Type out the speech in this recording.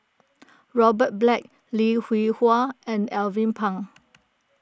Robert Black Lim Hwee Hua and Alvin Pang